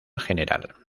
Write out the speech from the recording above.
general